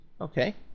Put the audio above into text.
Okay